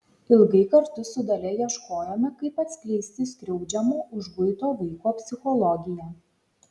ilgai kartu su dalia ieškojome kaip atskleisti skriaudžiamo užguito vaiko psichologiją